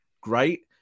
great